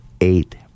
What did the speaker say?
eight